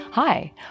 Hi